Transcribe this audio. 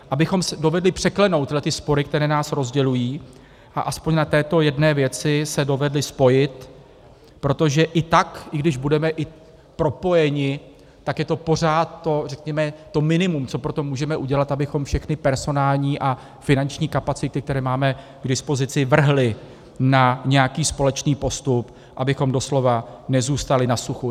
Abychom dovedli překlenout tyhle spory, které nás rozdělují, a aspoň na této jedné věci se dovedli spojit, protože i tak, i když budeme i propojeni, je to pořád to, řekněme, to minimum, co pro to můžeme udělat, abychom všechny personální a finanční kapacity, které máme k dispozici, vrhli na nějaký společný postup, abychom doslova nezůstali na suchu.